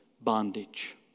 bondage